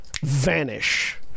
vanish